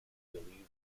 believed